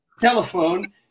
telephone